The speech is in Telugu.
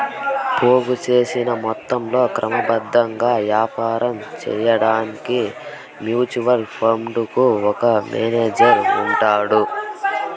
పోగు సేసిన మొత్తంలో క్రమబద్ధంగా యాపారం సేయడాన్కి మ్యూచువల్ ఫండుకు ఒక మేనేజరు ఉంటాడు